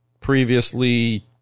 previously